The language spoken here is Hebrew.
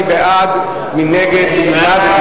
מי בעד, מי נגד, מי